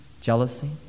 jealousy